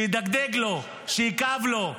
שידגדג לו, שיכאב לו.